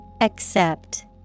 Accept